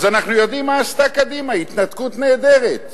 אז אנחנו יודעים מה עשתה קדימה, התנתקות נהדרת.